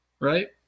right